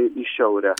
į šiaurę